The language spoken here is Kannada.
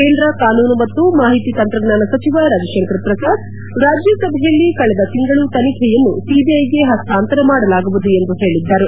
ಕೇಂದ್ರ ಕಾನೂನು ಮತ್ತು ಮಾಹಿತಿ ತಂತ್ರಜ್ಞಾನ ಸಚಿವ ರವಿಶಂಕರ್ ಪ್ರಸಾದ್ ರಾಜ್ಯಸಭೆಯಲ್ಲಿ ಕಳೆದ ತಿಂಗಳು ತನಿಖೆಯನ್ನು ಸಿಬಿಐಗೆ ಹಸ್ತಾಂತರ ಮಾಡಲಾಗುವುದು ಎಂದು ಹೇಳಿದ್ದರು